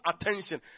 attention